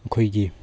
ꯑꯩꯈꯣꯏꯒꯤ